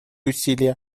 усилия